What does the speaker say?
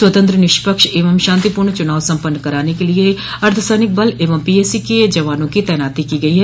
स्वतंत्र निष्पक्ष एवं शांतिपूर्ण चुनाव सम्पन्न कराने के लिये अर्द्व सैनिक बल एवं पीएसी के जवानों की तैनाती की गई है